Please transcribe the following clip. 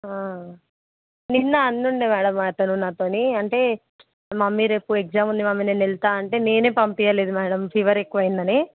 నిన్న అని ఉండే మ్యాడమ్ అతను నాతో అంటే మమ్మీ రేపు ఎగ్జామ్ ఉంది మమ్మీ నేను వెళ్తా అంటే నేను పంపించలేదు మ్యాడమ్ ఫీవర్ ఎక్కువ అయిందని